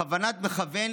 בכוונת מכוון,